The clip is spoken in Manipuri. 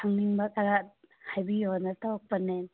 ꯈꯪꯅꯤꯡꯕ ꯈꯔ ꯍꯥꯏꯕꯤꯌꯣꯅ ꯇꯧꯔꯛꯄꯅꯦ